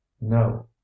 no